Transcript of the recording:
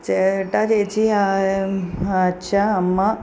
ചേട്ടാ ചേച്ചി അച്ഛാ അമ്മ